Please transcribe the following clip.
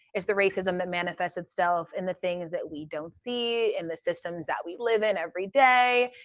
it's the racism that manifests itself in the things that we don't see, in the systems that we live in every day,